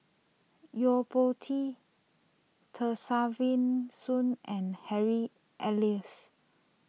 Yo Po Tee Kesavan Soon and Harry Elias